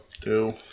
Two